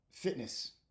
Fitness